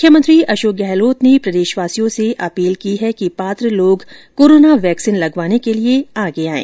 मुख्यमंत्री अशोक गहलोत ने प्रदेशवासियों से अपील की है पात्र लोग कोरोना वैक्सीन लगवाने के लिए आगे आएं